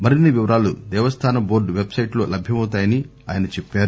మరిన్ని వివరాలు దేవస్థాన బోర్టు పెట్సైట్ లో లభ్యమౌతాయని ఆయన చెప్పారు